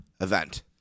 event